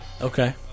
Okay